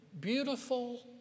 beautiful